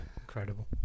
Incredible